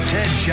Ted